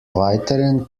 weiteren